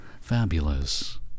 Fabulous